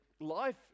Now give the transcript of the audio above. Life